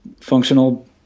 functional